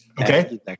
Okay